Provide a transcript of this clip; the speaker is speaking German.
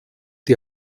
die